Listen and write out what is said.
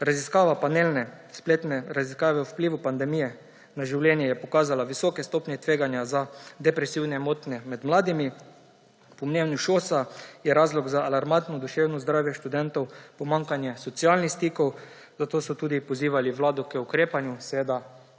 Raziskava panelne spletne raziskave o vplivu pandemije na življenje je pokazala visoke stopnje tveganja za depresivne motnje med mladimi. Po mnenju ŠOS je razlog za alarmantno duševno zdravje študentov pomanjkanje socialnih stikov, zato so tudi pozivali Vlado k ukrepanju, seveda